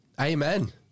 amen